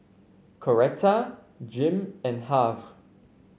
Coretta Jim and Harve